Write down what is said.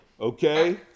okay